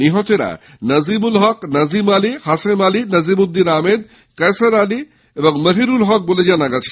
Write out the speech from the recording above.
নিহতরা নাজিমূল হক নাজিম আলি হাসেম আলি নাজিমুদ্দিন আহমেদ কেশর আলি ও মহিরুল হক বলে জানা গেছে